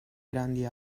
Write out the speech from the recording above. grandi